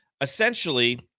Essentially